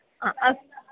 हा अस्तु